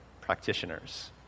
practitioners